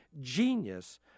Genius